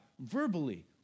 verbally